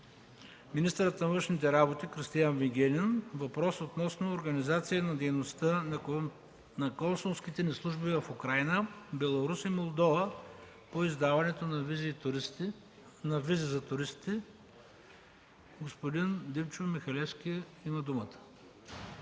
министъра на външните работи Кристиан Вигенин относно организация на дейността на консулските служби в Украйна, Беларус и Молдова по издаването на визи на туристи. Господин Михалевски, имате думата.